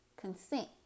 consent